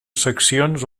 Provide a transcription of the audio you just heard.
seccions